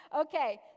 Okay